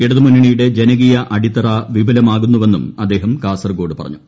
ഇടതുമുന്നണിയുടെ ജനകീയ അടിത്തറ വിപുലമാകുന്നുവെന്നും അദ്ദേഹം കാസർഗോഡ് പറഞ്ഞു